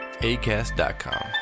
ACAST.com